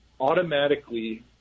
automatically –